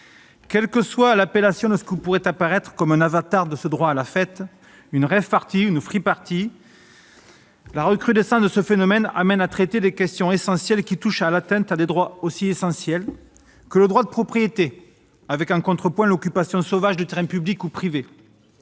Quelle que soit l'appellation de ce qui pourrait apparaître comme un avatar du « droit à la fête »- rave-party ou free-party -, la recrudescence de ce phénomène conduit à traiter des questions qui touchent à l'atteinte à des droits aussi essentiels que le droit de propriété, avec en contrepoint l'occupation sauvage de terrains publics ou privés,